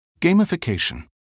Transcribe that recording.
Gamification